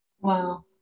Wow